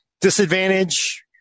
disadvantage